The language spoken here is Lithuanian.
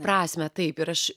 prasmę taip ir aš